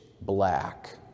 black